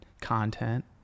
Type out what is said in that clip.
content